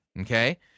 okay